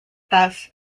thus